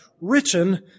written